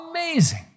amazing